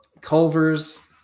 Culvers